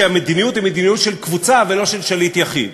שהמדיניות היא מדיניות של קבוצה ולא של שליט יחיד.